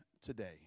today